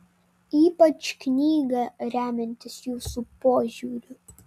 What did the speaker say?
ypač knygą remiantis jūsų požiūriu